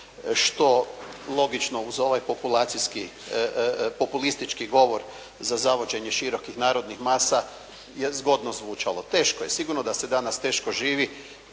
Što logično kroz ovaj populistički govor za zavođenje širokih narodnih masa je zgodno zvučalo. Teško je, sigurno da se danas teško živi